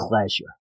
pleasure